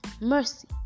mercy